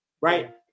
Right